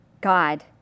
God